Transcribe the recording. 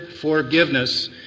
forgiveness